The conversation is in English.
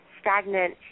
stagnant